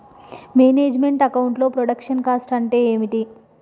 Manage meant account లో production cost అంటే ఏమిటి?